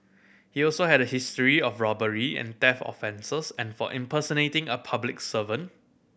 he also had a history of robbery and theft offences and for impersonating a public servant